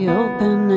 open